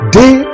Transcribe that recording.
day